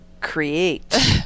create